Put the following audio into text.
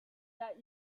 that